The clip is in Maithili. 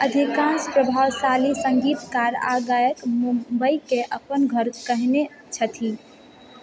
अधिकांश प्रभावशाली सङ्गीतकार आ गायक मुंबइकेँ अपन घर कहने छथि